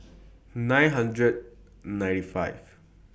nine hundred ninety five